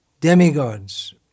demigods